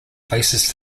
places